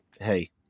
hey